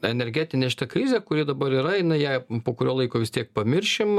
energetinė krizė kuri dabar yra jinai ją po kurio laiko vis tiek pamiršim